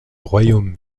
royaume